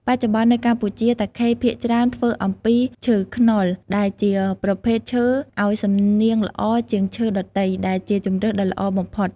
បច្ចុប្បន្ននៅកម្ពុជា តាខេភាគច្រើនធ្វើអំពីឈើខ្នុរ ដែលជាប្រភេទឈើឲ្យសំនៀងល្អជាងឈើដទៃ ដែលជាជម្រើសដ៏ល្អបំផុត។